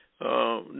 no